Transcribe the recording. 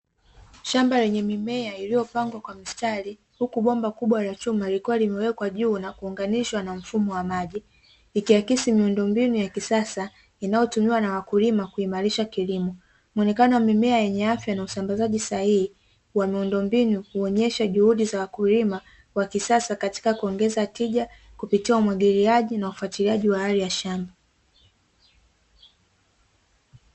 Shamba lenye mimea iliyopangwa kwa mistari huku bomba kubwa la chuma likiwa limewekwa juu na kunganishwa na mfumo wa maji, ikiakisi miundombinu ya kisasa inayotumiwa na wakulima kuimarisha kilimo, muonekano wa mimea yenye afya na usambazaji sahihi wa miundombinu kuonesha juhudi za wakulima wa kisasa katika kuongeza tija kupitia umwagiliaji na ufatiliaji wa hali ya shamba.